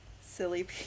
silly